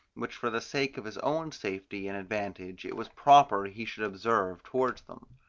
which for the sake of his own safety and advantage it was proper he should observe towards them.